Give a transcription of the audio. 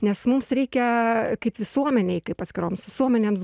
nes mums reikia kaip visuomenei kaip atskiroms visuomenėms